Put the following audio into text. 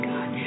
God